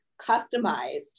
customized